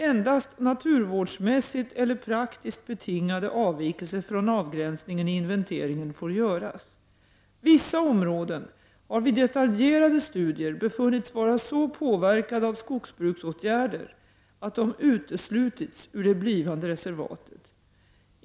Endast naturvårdsmässigt eller praktiskt betingade avvikelser från avgränsningen i inventeringen får göras. Vissa områden har vid detaljerade studier befunnits vara så påverkade av skogsbruksåtgärder att de uteslutits ur det blivande reservatet.